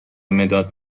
مداد